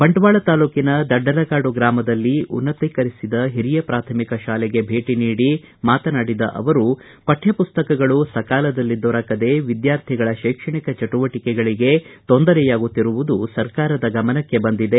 ಬಂಟ್ವಾಳ ತಾಲೂಕಿನ ದಡ್ಡಲಕಾಡು ಗ್ರಾಮದಲ್ಲಿನ ಉನ್ನತೀಕರಿಸಿದ ಹಿರಿಯ ಪ್ರಾಥಮಿಕ ಶಾಲೆಗೆ ಭೇಟಿ ನೀಡಿ ಮಾತನಾಡಿದ ಅವರು ಪಠ್ಥಪುಸ್ತಕಗಳು ಸಕಾಲದಲ್ಲಿ ದೊರಕದೆ ವಿದ್ಯಾರ್ಥಿಗಳ ಶೈಕ್ಷಣಿಕ ಚಟುವಟಿಕೆಗಳಿಗೆ ತೊಂದರೆಯಾಗುತ್ತಿರುವುದು ಸರಕಾರದ ಗಮನಕ್ಕೆ ಬಂದಿದೆ